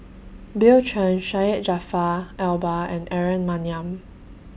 Bill Chen Syed Jaafar Albar and Aaron Maniam